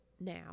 Now